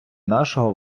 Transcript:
нашого